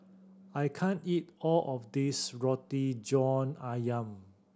I can't eat all of this Roti John Ayam